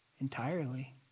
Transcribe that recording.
entirely